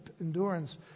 endurance